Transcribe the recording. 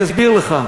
אני אסביר לך.